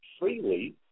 freely